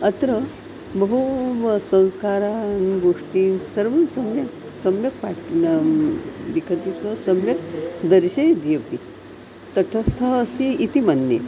अत्र बहु संस्कारः हान् गोष्ठी सर्वं सम्यक् सम्यक् पाठनं लिखति स्म सम्यक् दर्शयति अपि तटस्थः अस्ति इति मन्ये